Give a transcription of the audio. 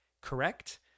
correct